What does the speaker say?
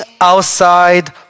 outside